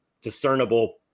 discernible